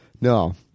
No